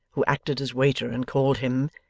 who acted as waiter and called him,